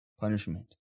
punishment